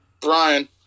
Brian